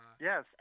yes